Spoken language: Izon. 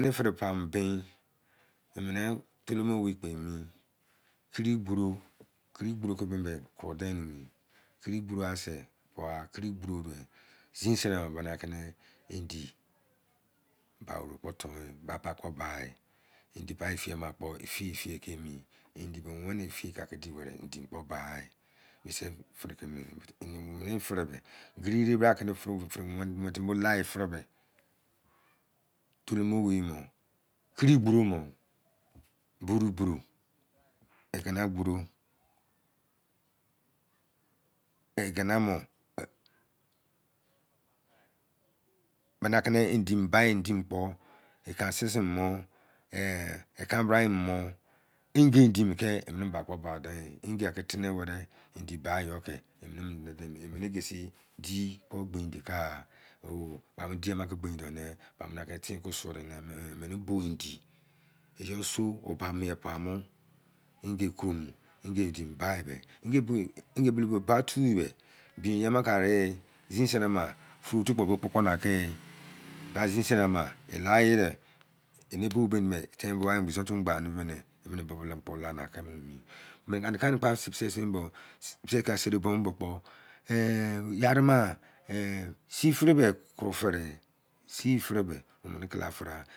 Fẹdẹ fẹdẹ fa bain emẹnẹ tolu mo wei kepe emi, kiri gboro ke kru dẹn mi, kiri gboro asẹ sis indi indi ba ifẹ, iye ma sẹ mẹnẹ fifi kẹ mi, gerere bra ini fere wẹnẹ timi me lamẹ, buru gboroegina mọ gba ma kẹ ba indi kpọ a nẹ sisa mọ ehn ka bra mọ indi kẹ ba kpo ba dẹn mi, indi bayọ ke mẹnẹ mo kezi di bọ bi indi ba, o mẹnẹ ke ten kpo suwa iyọ ba sọ paimọ-yọu paimọ indi komu, indi ba dẹ timi bolou-bumẹ tẹn bọ mẹ se tum gba eh si fẹrẹ me kru fere kala fere ai.